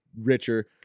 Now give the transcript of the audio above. richer